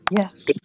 Yes